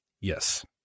Yes